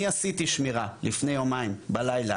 אני עשיתי שמירה לפני יומיים בלילה.